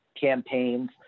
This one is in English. campaigns